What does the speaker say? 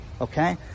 okay